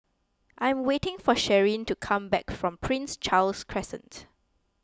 I am waiting for Sharyn to come back from Prince Charles Crescent